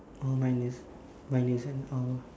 oh mine is mine is an hour